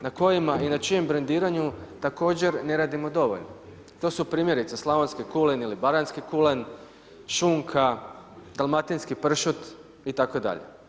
Na kojima i na čijem brendiranju također ne radimo dovoljno, to su primjerice slavonski kulen ili baranjski kulen, šunka, dalmatinski pršut itd.